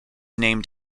named